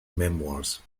memoirs